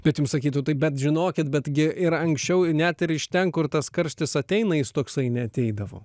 bet jums sakytų taip bet žinokit betgi ir anksčiau net ir iš ten kur tas karštis ateina jis toksai neateidavo